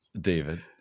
David